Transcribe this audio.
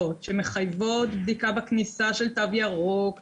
שמחייבות בדיקה בכניסה של תו ירוק וכו',